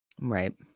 right